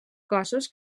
cossos